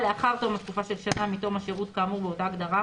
לאחר תום התקופה של שנה מתום השירות כאמור באותה הגדרה,